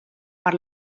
per